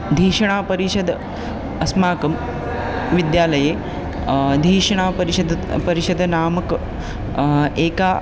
धिषणपरिषद् अस्माकं विद्यालये धिषणपरिषद् परिषद् नामक एकं